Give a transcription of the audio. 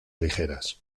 ligeras